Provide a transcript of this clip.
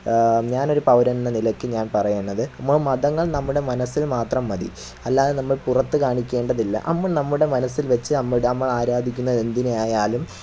ഞാനൊരു പൗരനെന്ന നിലയ്ക്ക് ഞാൻ പറയുന്നത് നമ്മുടെ മതങ്ങൾ നമ്മുടെ മനസ്സിൽ മാത്രം മതി അല്ലാതെ നമ്മൾ പുറത്ത് കാണിക്കേണ്ടതില്ല നമ്മൾ നമ്മുടെ മനസ്സിൽ വെച്ച് നമ്മൾ ആരാധിക്കുന്ന എന്തിനെയായാലും